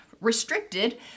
restricted